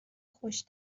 خوش